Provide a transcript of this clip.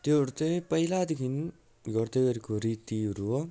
त्योहरू चाहिँ पहिलादेखि गर्दै गरेको रीतिहरू हो